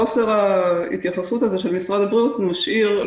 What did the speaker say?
חוסר ההתייחסות הזו של משרד הבריאות למעשה